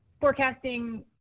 forecasting